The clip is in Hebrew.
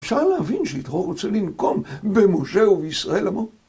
אפשר להבין שיתרו רוצה לנקום במשה ובישראל עמו